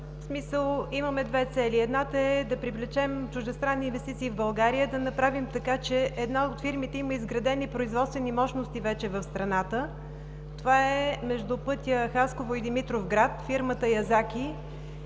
в смисъл, че имаме две цели. Едната е да привлечем чуждестранни инвестиции в България, да направим така, че една от фирмите, която има изградени производствени мощности вече в страната – между пътя Хасково – Димитровград, фирмата „Язаки“,